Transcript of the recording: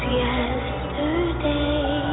yesterday